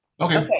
Okay